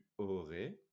aurais